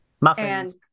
Muffins